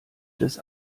des